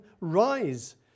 Rise